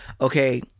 okay